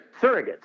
Surrogates